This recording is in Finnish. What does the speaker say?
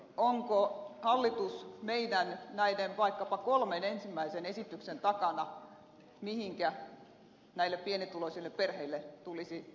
onko hallitus vaikkapa meidän kolmen ensimmäisen esityksemme takana miten näille pienituloisille perheille tulisi apua antaa